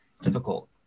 difficult